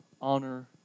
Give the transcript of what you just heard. honor